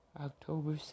October